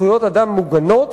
זכויות אדם מוגנות,